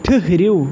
ٹھٕہرِو